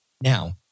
Now